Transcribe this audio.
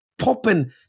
popping